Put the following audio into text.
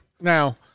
now